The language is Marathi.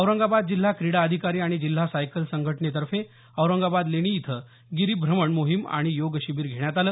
औरंगाबाद जिल्हा क्रीडा अधिकारी आणि जिल्हा सायकल संघटनेतर्फे औरंगाबाद लेणी इथं गिरिभ्रमण मोहिम आणि योग शिबीर घेण्यात आलं